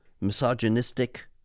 misogynistic